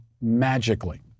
magically